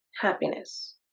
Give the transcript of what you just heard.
happiness